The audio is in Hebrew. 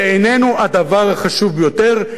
שאיננו הדבר החשוב ביותר,